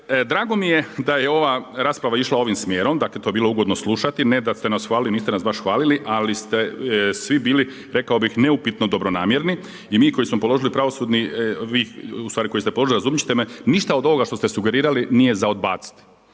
drago mi je da je ova rasprava išla ovim smjerom, dakle to je bilo ugodno slušati. Ne da ste nas hvalili, niste nas baš hvalili, ali ste svi bili, rekao bih neupitno dobronamjerni. I mi koji smo položili pravosudni, vi ustvari koji ste položili, razumjeti ćete me, ništa od ovoga što ste sugerirali nije za odbaciti.